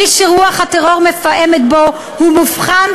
מי שרוח הטרור מפעמת בו הוא מובחן,